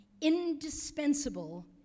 indispensable